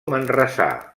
manresà